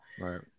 Right